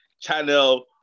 channel